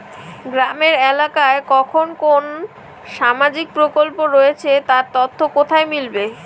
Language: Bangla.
গ্রামের এলাকায় কখন কোন সামাজিক প্রকল্প রয়েছে তার তথ্য কোথায় মিলবে?